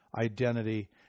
identity